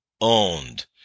owned